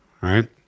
right